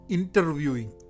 Interviewing